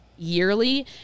yearly